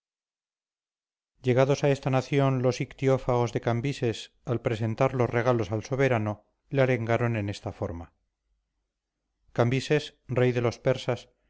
llegados a esta nación los ictiófagos de cambises al presentar los regalos al soberano le arengaron en esta forma cambises rey de los persas